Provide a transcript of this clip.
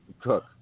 Cook